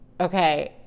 okay